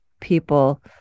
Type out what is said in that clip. people